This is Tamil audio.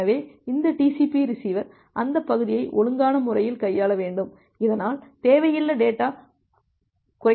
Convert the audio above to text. எனவே இந்த TCP ரிசீவர் அந்த பகுதியை ஒழுங்கான முறையில் கையாள வேண்டும் இதனால் தேவையில்லா டேட்டா குறைக்கப்படுகிறது